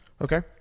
Okay